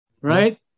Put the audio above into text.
right